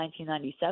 1997